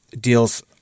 deals